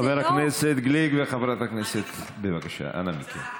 חבר הכנסת גליק וחברת הכנסת, בבקשה, אנא מכם.